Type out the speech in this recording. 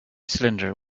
cylinder